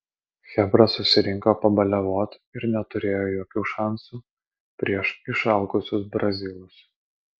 chebra susirinko pabaliavot ir neturėjo jokių šansų prieš išalkusius brazilus